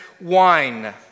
wine